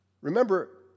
remember